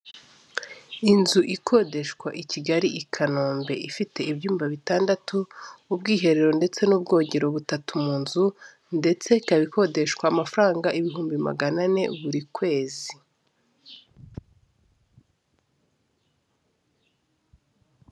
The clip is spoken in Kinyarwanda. Inzu ikodeshwa i Kigali i Kanombe ifite ibyumba bitandatu, ubwiherero ndetse n'ubwogero butatu mu nzu, ndetse ikaba ikodeshwa amafaranga ibihumbi magana ane buri kwezi.